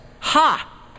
Ha